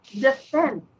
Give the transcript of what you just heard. defense